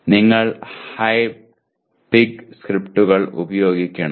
നിങ്ങൾ Hive Pig സ്ക്രിപ്റ്റുകൾ ഉപയോഗിക്കണം